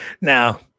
now